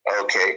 Okay